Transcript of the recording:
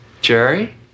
Jerry